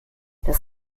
das